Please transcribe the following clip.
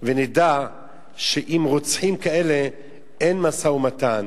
ונדע שעם רוצחים כאלה אין משא-ומתן.